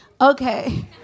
Okay